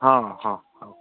ହଁ ହଁ